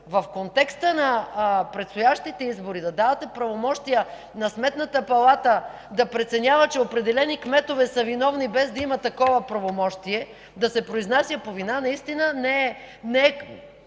В контекста на предстоящите избори да давате правомощия на Сметната палата да преценява, че определени кметове са виновни без да има такова правомощие – да се произнася по вина, наистина не е